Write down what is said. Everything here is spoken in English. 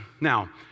Now